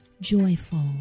joyful